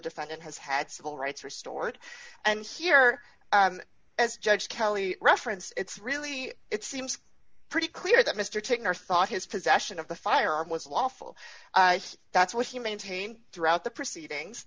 defendant has had civil rights restored and here as judge kelly reference it's really it seems pretty clear that mr taken or thought his possession of the firearm was lawful that's what he maintained throughout the proceedings